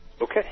Okay